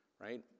Right